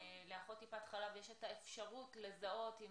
לאחות טיפת חלב יש את האפשרות לזהות אם